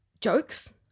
jokes